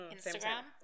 Instagram